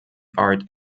art